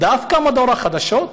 דווקא מדור החדשות?